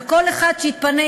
וכל אחד שהתפנה,